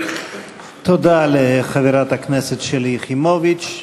תודה לחברת הכנסת שלי יחימוביץ.